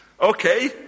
Okay